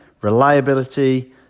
reliability